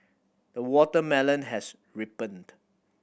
the watermelon has ripened